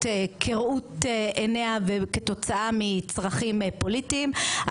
כראות עיניה וכתוצאה מצרכים פוליטיים.